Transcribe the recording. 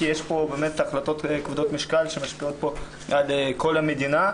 כי יש פה החלטות כבדות משקל שמשפיעות על כל המדינה.